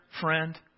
friend